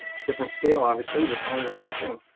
different scale obviously, but kind of the same thing.